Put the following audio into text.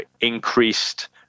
increased